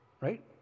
Right